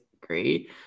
great